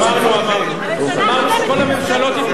אמרתי מראש, ראש הממשלה הצביע